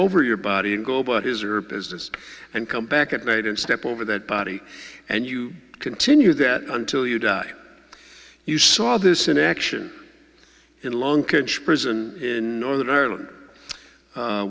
over your body and go but his or her business and come back at night and step over that body and you continue that until you die you saw this in action in a long cage prison in northern